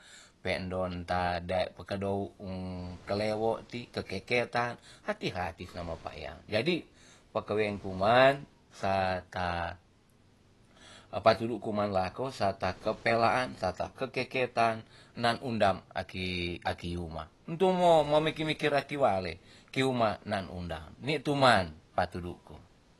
Pe'endon ta dae pe kedou um ke lewo ti ke keketan hati hati sema pakyang jadi pekeweng kuman sa ta apa tudu kuman lako sa ta kepelaan sa ta ke keketan naan undam aki uma do mo mo mikir mikir aki wale kiuma naan undam ni tu ma patudu ku